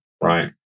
right